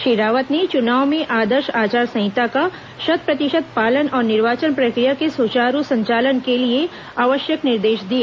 श्री रावत ने चुनाव में आदर्श आचार संहिता का शत प्रतिशत पालन और निर्वाचन प्रक्रिया के सुचारू संचालन के लिए आवश्यक निर्देश दिए